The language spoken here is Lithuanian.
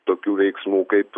tokių veiksmų kaip